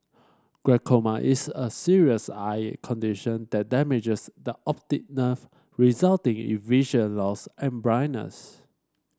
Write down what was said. glaucoma is a serious eye condition that damages the optic nerve resulting in vision loss and blindness